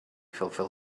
fulfil